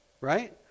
Right